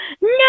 no